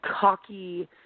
cocky